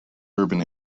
urban